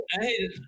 hey